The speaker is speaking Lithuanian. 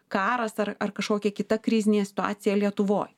karas ar ar kažkokia kita krizinė situacija lietuvoj